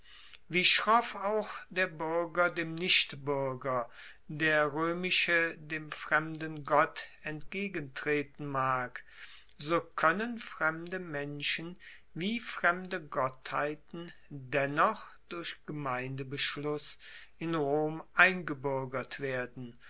wie schroff auch der buerger dem nichtbuerger der roemische dem fremden gott entgegentreten mag so koennen fremde menschen wie fremde gottheiten dennoch durch gemeindebeschluss in rom eingebuergert werden